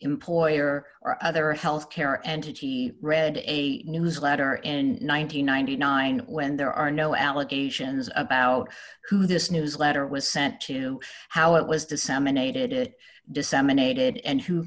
employer or other health care entity read a newsletter and nine hundred and ninety nine when there are no allegations about who this newsletter was sent to how it was disseminated it disseminated and who